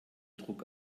druck